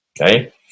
Okay